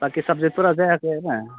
बाखि साबजेक्टफोरा जायाखै आरो